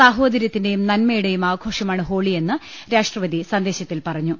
സാഹോ ദരൃത്തിന്റെയും നന്മയുടെയും ആഘോഷമാണ് ഹോളിയെന്ന് രാഷ്ട്രപതി സന്ദേശത്തിൽ പറഞ്ഞു